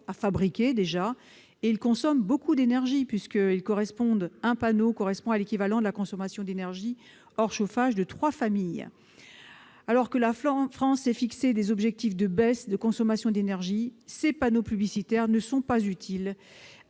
énergivore, et ils consomment beaucoup d'énergie : un seul panneau correspond à l'équivalent de la consommation d'énergie, hors chauffage, de trois familles. Alors que la France s'est fixé des objectifs de baisse de sa consommation d'énergie, ces panneaux publicitaires ne sont pas utiles